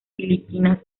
filipinas